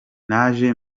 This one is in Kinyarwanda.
naje